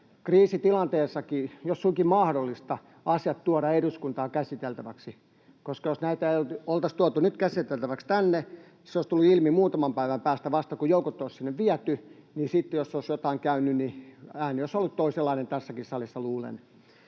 kriisitilanteessakin, jos suinkin mahdollista, asiat tuodaan eduskuntaan käsiteltäviksi, koska jos näitä ei oltaisi tuotu nyt käsiteltäviksi tänne, se olisi tullut ilmi vasta muutaman päivän päästä, kun joukot olisi sinne viety, ja sitten jos olisi jotain käynyt, niin ääni olisi ollut toisenlainen tässäkin salissa, luulen.